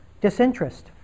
disinterest